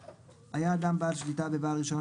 12/ב'.היה אדם בעל שליטה ובעל רישיון